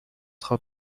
خواب